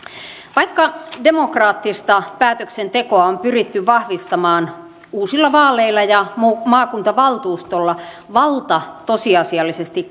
vaikka demokraattista päätöksentekoa on pyritty vahvistamaan uusilla vaaleilla ja maakuntavaltuustolla valta tosiasiallisesti